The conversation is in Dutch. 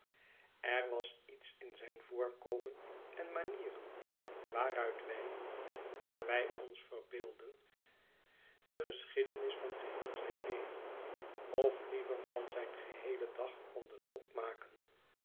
er was iets in zijn voorkomen en manieren waaruit wij naar wij ons verbeeldden de geschiedenis van geheel zijn leven of liever van zijn geheelen dag konden opmaken